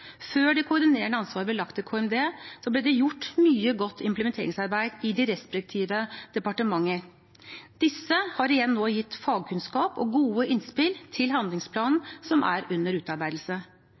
Før det koordinerende ansvaret ble lagt til KMD, ble det gjort mye godt implementeringsarbeid i de respektive departementer. Disse har igjen nå gitt fagkunnskap og gode innspill til handlingsplanen